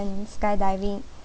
skydiving